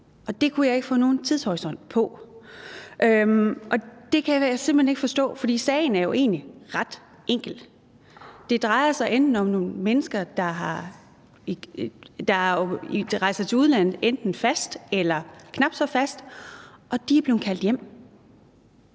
og det kunne jeg ikke få nogen tidshorisont på. Det kan jeg simpelt hen ikke forstå, fordi sagen jo egentlig er ret enkel. Det drejer sig om nogle mennesker, der er rejst til udlandet, enten fast eller knap så fast, og de er blevet kaldt hjem.